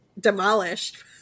demolished